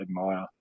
admire